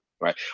right